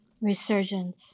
Resurgence